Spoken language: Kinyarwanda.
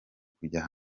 kujya